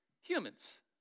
humans